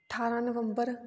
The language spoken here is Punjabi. ਅਠਾਰ੍ਹਾਂ ਨਵੰਬਰ